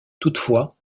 toutefois